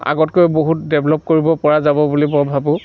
আগতকৈ বহুত ডেভেলপ কৰিব পৰা যাব বুলি মই ভাবোঁ